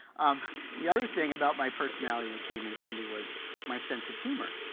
um the other thing about my personality that came in handy was my sense of humor.